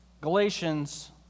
Galatians